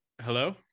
Hello